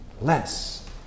less